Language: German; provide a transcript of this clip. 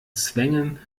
zwängen